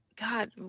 God